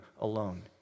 alone